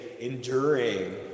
enduring